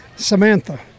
Samantha